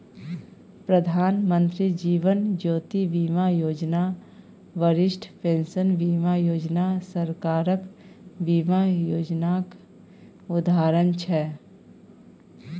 प्रधानमंत्री जीबन ज्योती बीमा योजना, बरिष्ठ पेंशन बीमा योजना सरकारक बीमा योजनाक उदाहरण छै